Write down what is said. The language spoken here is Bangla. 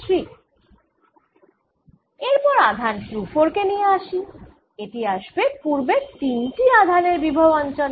এরপর আধান Q4 কে নিয়ে আসি এটি আসবে পুর্বের তিনটি আধানের বিভব অঞ্চলে